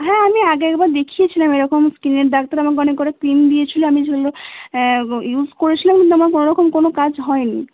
হ্যাঁ আমি আগে একবার দেখিয়েছিলাম এরকম স্কিনের ডাক্তার আমাকে অনেক করে ক্রিম দিয়েছিলো আমি সেগুলো ইউস করেছিলাম কিন্তু আমার কোন রকম কোনো কাজ হয় নি